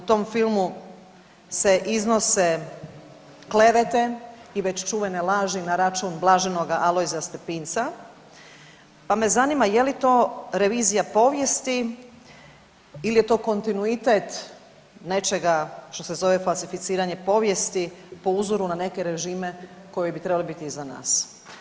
U tom filmu se iznose klevete i već čuvene laži na račun Blaženoga Alojza Stepinca, pa me zanima je li to revizija povijesti ili je to kontinuitet nečega što se zove falsificiranje povijesti po uzoru na neke režime koji bi trebali biti iza nas?